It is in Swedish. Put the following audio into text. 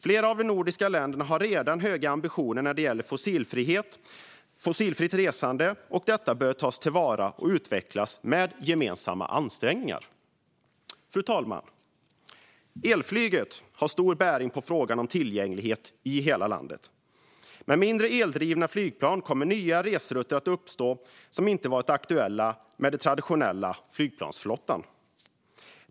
Flera av de nordiska länderna har redan höga ambitioner när det gäller fossilfritt resande, vilket bör tas till vara och utvecklas med gemensamma ansträngningar. Fru talman! Elflyget har stor bäring på frågan om tillgänglighet i hela landet. Med mindre, eldrivna flygplan kommer nya resrutter att uppstå som inte hade varit aktuella med den traditionella flygplansflottan.